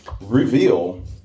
reveal